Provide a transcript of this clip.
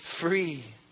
free